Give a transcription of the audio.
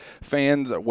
fans